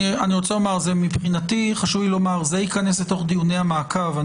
חשוב לי לומר שמבחינתי זה ייכנס לתוך דיוני המעקב.